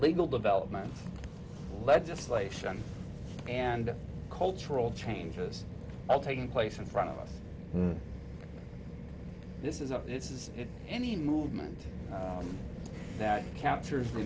legal developments legislation and cultural changes all taking place in front of us this is a this is it any movement that captures the